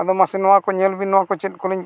ᱟᱫᱚ ᱢᱟᱥᱮ ᱱᱚᱣᱟᱠᱚ ᱧᱮᱞᱵᱤᱱ ᱱᱚᱣᱟᱠᱚ ᱪᱮᱫ ᱠᱚᱞᱤᱝ